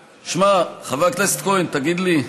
שמע, חבר הכנסת כהן, תגיד לי,